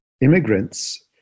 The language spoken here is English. immigrants